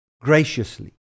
graciously